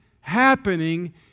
happening